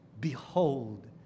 Behold